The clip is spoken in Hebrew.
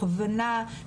הכוונה,